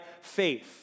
faith